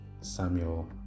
Samuel